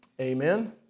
Amen